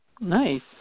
Nice